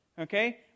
Okay